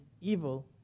evil